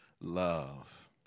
Love